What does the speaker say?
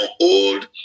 old